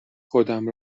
خودم